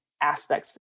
aspects